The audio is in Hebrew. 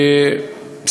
שתיים.